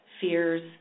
fears